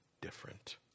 different